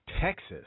Texas